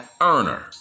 earner